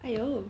!aiyo!